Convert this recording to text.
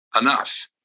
enough